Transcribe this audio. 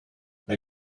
now